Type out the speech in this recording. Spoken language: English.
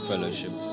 Fellowship